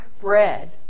bread